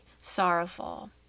sorrowful